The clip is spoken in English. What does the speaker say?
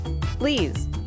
Please